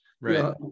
Right